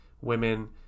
women